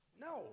No